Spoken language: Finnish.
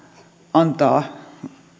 antaa